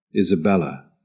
Isabella